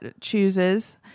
chooses